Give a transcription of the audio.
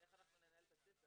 אתה כבר היית אצלנו.